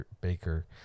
Baker